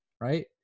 right